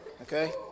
Okay